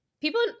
people